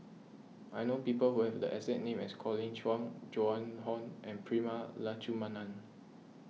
I know people who have the exact name as Colin Cheong Joan Hon and Prema Letchumanan